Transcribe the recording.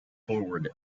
forward